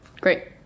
Great